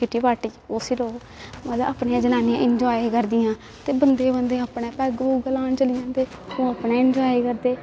kitty party उसी लोक मतलब अपनियां जनानियां इंजाए करदियां ते बंदे बंदे अपने पैग पुग लान चली जंदे ओह् अपने इंजाए करदे